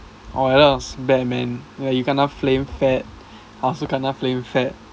or else bad man like you kena flame fat I also kena flame fat